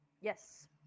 Yes